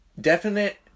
definite